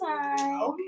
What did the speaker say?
time